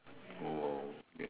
oh okay